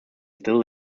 still